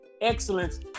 excellence